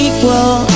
Equal